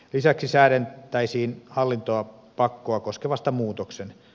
lisäksi säädettäisiin hallintopakkoa koskevasta muutoksenhausta